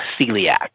celiac